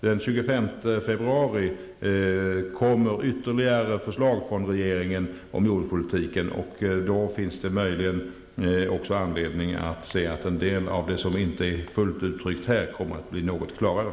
Den 25 februari kommer ytterligare förslag från regeringen om jordbrukspolitiken, och då finns det möjligen också anledning att tro att en del av det som inte är klart uttryckt här kommer att bli något klarare.